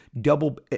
double